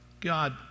God